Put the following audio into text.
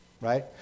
Right